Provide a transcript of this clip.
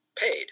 paid